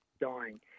dying